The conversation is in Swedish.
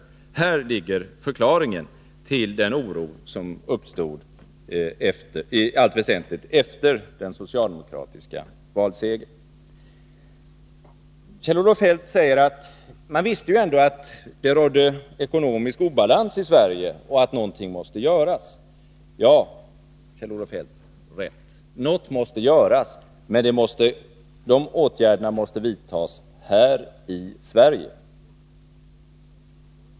Här ligger förklaringen till den oro som uppstod, i allt väsentligt efter den socialdemokratiska valsegern. Kjell-Olof Feldt säger: Man visste ju ändå att det rådde ekonomisk obalans i Sverige och att någonting måste göras. Ja, Kjell-Olof Feldt, det är rätt. Något måste göras, men de åtgärderna måste vidtas här i Sverige.